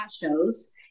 shows